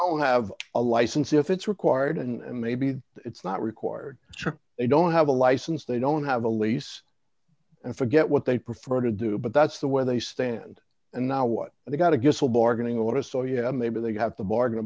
i have a license if it's required and maybe it's not required they don't have a license they don't have a lease and forget what they prefer to do but that's the way they stand and now what they've got to give a bargaining order so yeah maybe they have to bargain